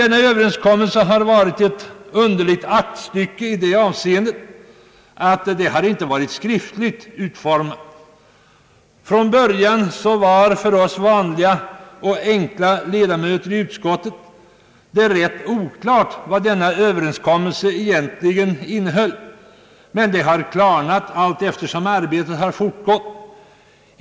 Denna överenskommelse har varit ett underligt aktstycke i det avseeendet att det inte varit skritfligt utformat. Från början var det för oss vanliga ledamöter i utskottet rätt oklart vad denna överenskommelse egentligen innehöll. Men det har klarnat allteftersom arbetet fortgått.